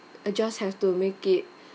just have to make it